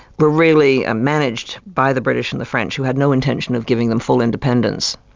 were really managed by the british and the french, who had no intention of giving them full independence.